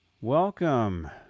Welcome